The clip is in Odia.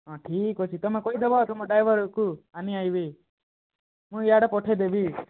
ହଁ ଠିକ୍ ଅଛି ତୁମେ କହିଦବ ତୁମ ଡ୍ରାଇଭରକୁ ଆଣି ଆସିବେ ମୁଁ ଇଆଡ଼େ ପଠାଇ ଦେବି